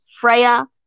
Freya